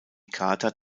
carter